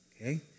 okay